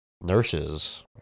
Nurses